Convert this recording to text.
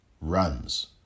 runs